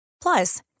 Plus